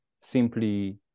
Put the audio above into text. simply